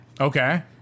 Okay